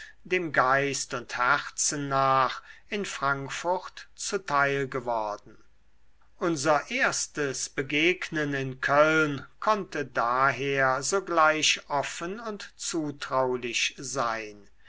dem geist und herzen nach in frankfurt zuteil geworden unser erstes begegnen in köln konnte daher sogleich offen und zutraulich sein